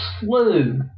slew